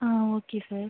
ah okay sir